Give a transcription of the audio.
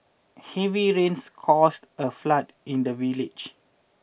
heavy rains caused a flood in the village